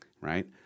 right